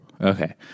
Okay